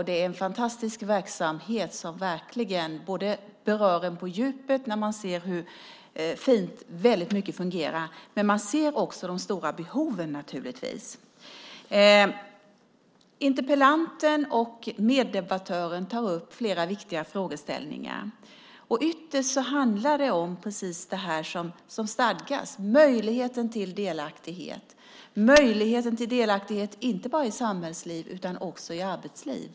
Det är en fantastisk verksamhet som berör på djupet när man ser hur fint mycket fungerar, men man ser naturligtvis också de stora behoven. Interpellanten och meddebattören tar upp flera viktiga frågeställningar. Ytterst handlar det om precis det som stadgas, nämligen möjligheten till delaktighet, inte bara i samhällsliv utan också i arbetsliv.